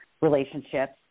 relationships